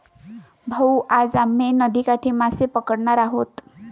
भाऊ, आज आम्ही नदीकाठी मासे पकडणार आहोत